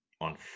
on